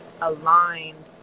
aligned